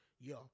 Yo